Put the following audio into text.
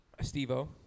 steve-o